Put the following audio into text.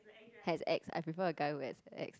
has ex I prefer a guy who has ex